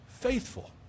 faithful